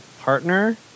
partner